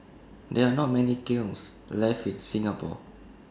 there are not many kilns left in Singapore